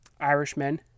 Irishmen